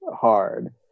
hard